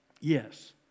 Yes